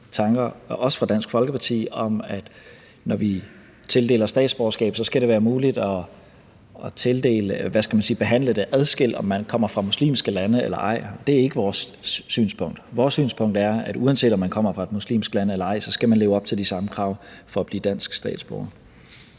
tanker, også fra Dansk Folkeparti, om, at når vi tildeler statsborgerskab, så skal det være muligt at behandle sagerne adskilt, alt efter om man kommer fra et muslimsk land eller ej. Det er ikke vores synspunkt. Vores synspunkt er, at uanset om man kommer fra et muslimsk land eller ej, skal man leve op til de samme krav for at blive dansk statsborger.